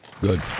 Good